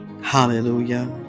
Hallelujah